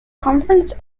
conference